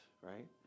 right